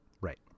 Right